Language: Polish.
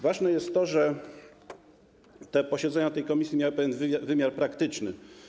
Ważne jest to, że, posiedzenia tej komisji miały także pewien wymiar praktyczny.